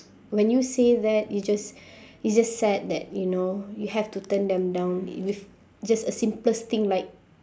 when you say that you just you just sad that you know you have to turn them down with just a simplest thing like